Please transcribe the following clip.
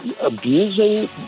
abusing